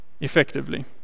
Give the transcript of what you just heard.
effectively